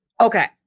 Okay